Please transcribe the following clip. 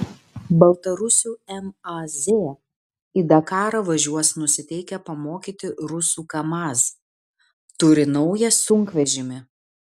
baltarusių maz į dakarą važiuos nusiteikę pamokyti rusų kamaz turi naują sunkvežimį